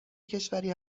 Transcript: کشوری